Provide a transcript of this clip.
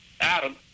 Adam